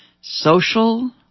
social